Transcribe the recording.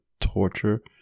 torture